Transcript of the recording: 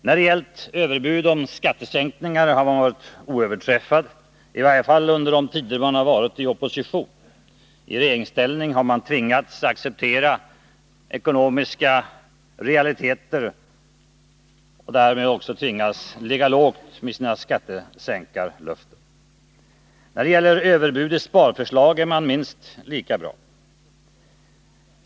När det gällt överbud om skattesänkningar har man varit oöverträffad, i varje fall under de tider man varit i opposition; i regeringsställning har man tvingats acceptera ekonomiska realiteter och därmed också tvingats ligga lågt med sina skattesänkningslöften. När det gäller överbud i sparförslag är man minst lika bra.